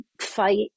fight